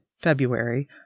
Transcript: February